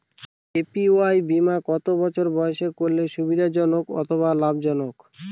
APY বীমা কত বছর বয়সে করলে সুবিধা জনক অথবা লাভজনক?